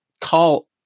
call